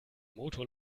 motor